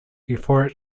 before